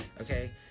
Okay